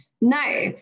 no